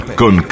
con